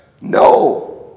no